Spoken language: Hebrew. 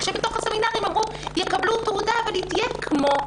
כשבתוך הסמינרים אמרו: "יקבלו תעודה אבל היא תהיה כמו",